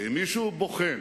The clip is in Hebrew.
ואם מישהו בוחן